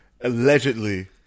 Allegedly